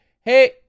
hey